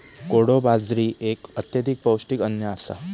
कोडो बाजरी एक अत्यधिक पौष्टिक अन्न आसा